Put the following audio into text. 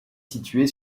située